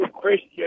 Christian